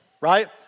Right